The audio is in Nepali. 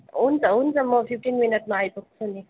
हुन्छ हुन्छ म फिफ्टिन मिनटमा आइपुग्छु नि